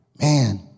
man